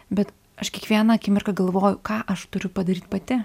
bet aš kiekvieną akimirką galvoju ką aš turiu padaryt pati